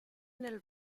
nel